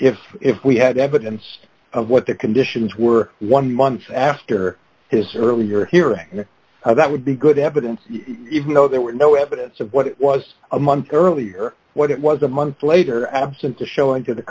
if if we had evidence of what the conditions were one month after his earlier hearing that would be good evidence even though there were no evidence of what was a month earlier what it was a month later absence of showing to the